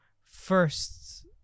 first